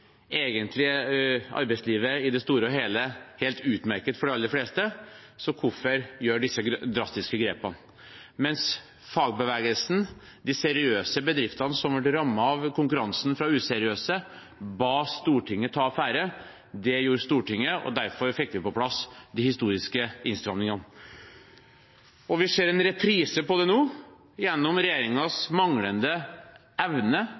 egentlig er arbeidslivet i det store og hele helt utmerket for de aller fleste, så hvorfor gjøre disse drastiske grepene, mens fagbevegelsen og de seriøse bedriftene som ble rammet av konkurransen fra useriøse, ba Stortinget om å ta affære. Det gjorde Stortinget, og derfor fikk vi på plass de historiske innstrammingene. Vi ser en reprise på det nå gjennom regjeringens manglende evne